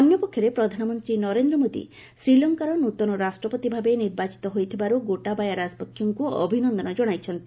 ଅନ୍ୟପକ୍ଷରେ ପ୍ରଧାନମନ୍ତ୍ରୀ ନରେନ୍ଦ୍ର ମୋଦି ଶ୍ରୀଲଙ୍କାର ନ୍ତନ ରାଷ୍ଟ୍ରପତିଭାବେ ନିର୍ବାଚିତ ହୋଇଥିବାରୁ ଗୋଟାବାୟା ରାଜପକ୍ଷଙ୍କୁ ଅଭିନନ୍ଦନ ଜଣାଇଛନ୍ତି